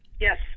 Yes